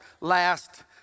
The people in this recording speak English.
last